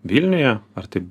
vilniuje ar tai